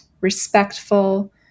respectful